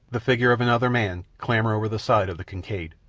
the figure of another man clamber over the side of the kincaid.